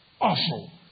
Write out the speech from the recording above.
awful